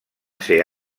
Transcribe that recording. ser